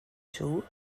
two